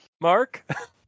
Mark